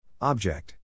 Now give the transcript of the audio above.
Object